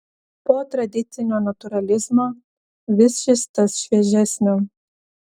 po tradicinio natūralizmo vis šis tas šviežesnio